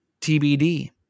TBD